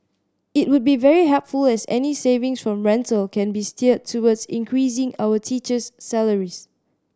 it would be very helpful as any savings from rental can be steered towards increasing our teacher's salaries